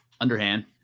underhand